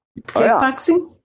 kickboxing